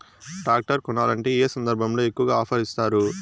Tractor కొనాలంటే ఏ సందర్భంలో ఎక్కువగా ఆఫర్ ఇస్తారు?